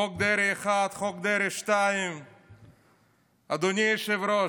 חוק דרעי 1, חוק דרעי 2. אדוני היושב-ראש,